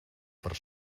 per